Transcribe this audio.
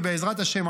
ובעזרת השם,